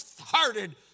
hearted